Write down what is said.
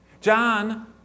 John